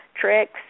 tricks